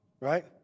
right